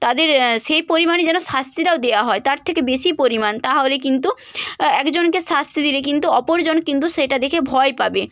তাদের সেই পরিমাণে যেন শাস্তিটাও দেওয়া হয় তার থেকে বেশি পরিমাণ তাহলে কিন্তু একজনকে শাস্তি দিলে কিন্তু অপরজন কিন্তু সেটা দেখে ভয় পাবে